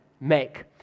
make